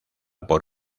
por